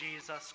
Jesus